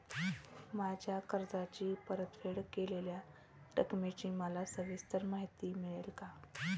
माझ्या कर्जाची परतफेड केलेल्या रकमेची मला सविस्तर माहिती मिळेल का?